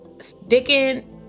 sticking